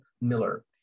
Miller